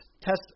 test